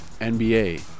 NBA